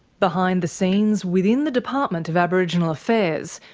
behind the scenes, within the department of aboriginal affairs,